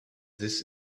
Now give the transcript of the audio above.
this